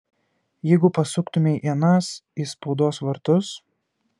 jeigu pasuktumei ienas į spaudos vartus